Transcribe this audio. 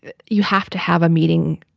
you have to have a meeting.